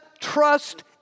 trust